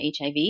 HIV